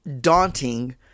daunting